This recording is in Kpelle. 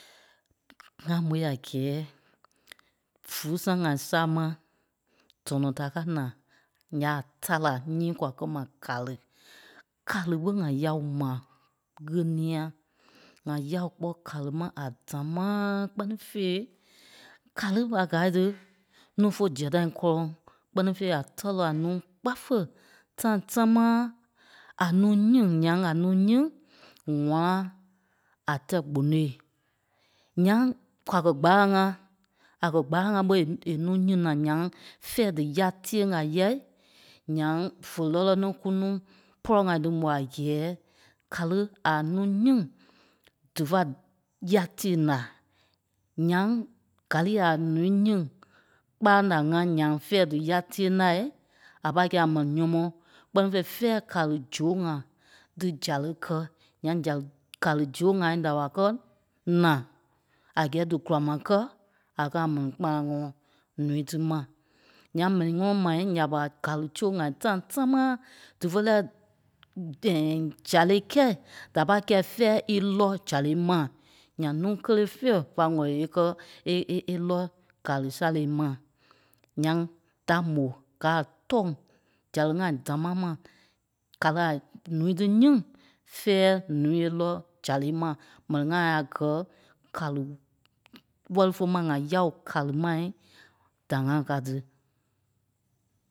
ŋ́gaa môi a gɛ́ɛ vúlu sãa ŋai sáma dɔnɔ da káa na nyíi kwa kàli, kàli ɓé ŋa yao ma ɣéniɛ. ŋa yao kpɔ́ kàli ma a dámaaa kpɛ́ni fêi, kàli ɓa gáai ti, núu fé zia tãi kɔ́lɔŋ kpɛ́ni fêi a tɛ̂ lɔ a núu kpáfe. Tãi támaa a núu nyíŋ, ǹyaŋ a núu nyíŋ, ŋ̀wãa a tɛ̂ gbonôi. Ǹyaŋ kwa kɛ̀ gbâlaŋ ŋá, a kɛ̀ gbâlaŋ ɓé è núu nyìŋ naa ǹyaŋ fɛ̂ɛ dí yá tíyeŋ a yai, ǹyaŋ vé lɛ́lɛ ní kú núu pɔlɔ ŋa dí mò a gɛ́ɛ kàli a núu nyíŋ, dífa yá tîyeŋ na. Ǹyaŋ gàlii a ǹúui nyiŋ, kpâlaŋ da ŋá ǹyaŋ fɛ̂ɛ dí yá tíyeŋ lai, a pâi kɛ̂i a m̀ɛni nyɔ́mɔɔ. Kpɛ́ni fêi fɛ̂ɛ kàli zôo ŋa dí zále kɛ́, ǹyaŋ zale- gàli zôo ŋai da wàla kɛ́ na, a gɛ́ɛ dí gùla maa kɛ́ a kɛ̀ a mɛni kpanaŋɔɔ ǹúui tí ma. Ǹyaŋ mɛnii nɔ́ mai ǹya ɓa, gàli zôo ŋai tãi támaa dífe zálei kɛ̂i da pâi kɛ́i fɛ̂ɛ í lɔ́ zálei ma. Ǹyaŋ núu kélee fîe va ŋ̀wɛ̂li é kɛ́- é- é- é- é lɔ́ gàli sálei ma. Ǹyaŋ da mò gáa a tɔ̂ŋ zále ŋai dámaa ma kàli a ǹúui tí nyìŋ, fɛ̂ɛ ǹúui é lɔ́ zálei ma. M̀ɛni ŋai a gɛ̂ kàli wɛ́li fé ma ŋa yâo kàli mai da ŋa ká tí.